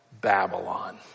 Babylon